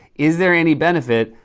is there any benefit?